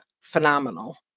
phenomenal